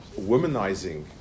womanizing